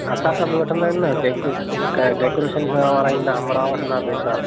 असां खां बि वठंदा आहिनि न डेकु करा डेकोरेशन करण वारा ईंदा अमरा वठंदा पैसा